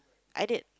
I did